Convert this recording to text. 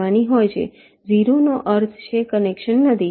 0 નો અર્થ છે કનેક્શન નથી